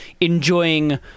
enjoying